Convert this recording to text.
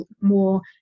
more